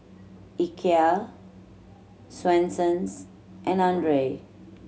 Ikea Swensens and Andre